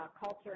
culture